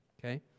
okay